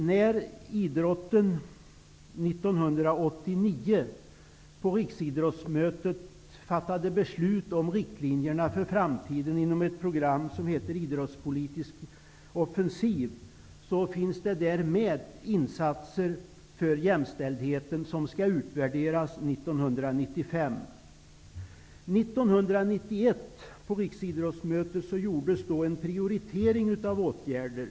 Vid riksidrottsmötet 1989 fattades beslut om riktlinjerna för framtiden inom programmet Riksidrottspolitisk offensiv. Där finns med insatser för jämlikhet, och de skall utvärderas 1995. Vid riksidrottsmötet 1991 gjordes en prioritering av åtgärder.